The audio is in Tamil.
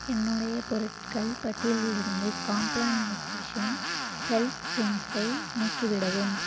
என்னுடைய பொருட்கள் பட்டியலிலிருந்து காம்ப்ளான் நியூட்ரிஷன் ஹெல்த் ட்ரிங்க்ஸை நீக்கிவிடவும்